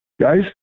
Guys